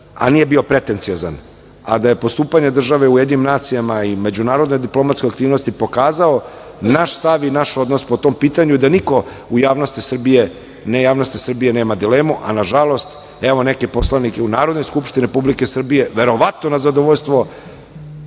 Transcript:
a nije bio pretenciozan. A da je postupanje države u UN i međunarodnoj diplomatskoj aktivnosti pokazalo naš stav i naš odnos po tom pitanju i da niko u javnosti Srbije nema dilemu, a nažalost, evo neke poslanike i u Narodnoj skupštini Republike Srbije, verovatno na zadovoljstvo